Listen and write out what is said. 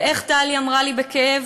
ואיך טלי אמרה לי בכאב,